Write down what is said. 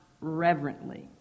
reverently